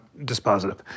dispositive